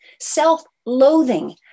self-loathing